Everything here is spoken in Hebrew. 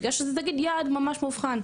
בגלל שזה נגיד יעד ממש מאובחן,